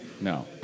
No